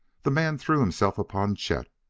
the man threw himself upon chet!